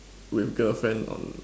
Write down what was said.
with girlfriend on